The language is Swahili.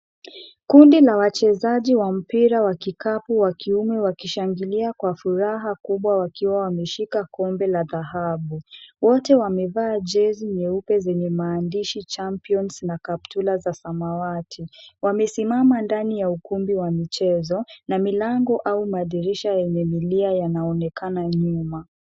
Kundi la wachezaji wa mpira wa kikapu wa kiume, wakishangilia kwa furaha kubwa, wakiwa wameshika kombe la dhahabu. Wote wamevaa jezi nyeupe zenye maandishi, champions , na kaptula za samawati. Wamesimama ndani ya ukumbi wa michezo, na milango au madirisha yenye zulia yanaonekana nyuma.